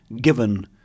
given